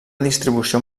distribució